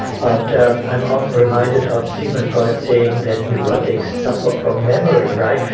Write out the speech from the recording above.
but i'm often reminded of sigmund freud saying that neurotics suffer from memory, right?